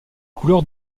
couleurs